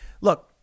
Look